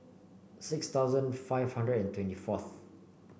six thousand five hundred and twenty fourth